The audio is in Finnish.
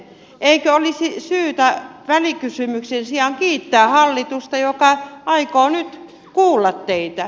eikö olisi syytä välikysymyksen sijaan kiittää hallitusta joka aikoo nyt kuulla teitä